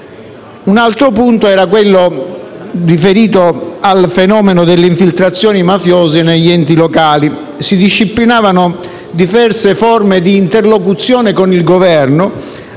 Un altro punto era riferito al fenomeno delle infiltrazioni mafiose negli enti locali. Si disciplinavano diverse forme di interlocuzione con il Governo,